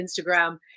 Instagram